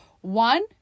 One